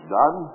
done